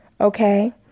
okay